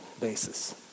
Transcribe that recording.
basis